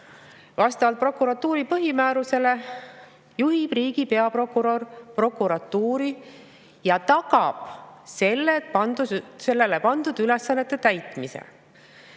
Vastavalt prokuratuuri põhimäärusele juhib riigi peaprokurör prokuratuuri ja tagab sellele pandud ülesannete täitmise.